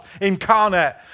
incarnate